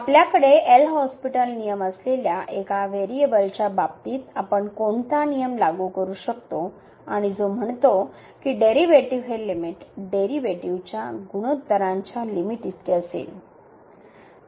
आपल्याकडे L Hospital नियम असलेल्या एका व्हेरिएबलच्या बाबतीत आपण कोणता नियम लागू करू शकतो आणि जो म्हणतो की डेरीवेटीव ही लिमिट डेरिव्हेटिव्हच्या गुणोत्तरांच्या लिमिट इतकी असेल